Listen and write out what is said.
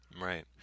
right